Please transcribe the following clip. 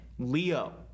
Leo